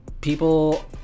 people